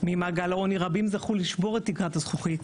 ממעגל העוני, רבים זכו לשבור את תקרת הזכוכית